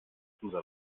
unser